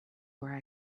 where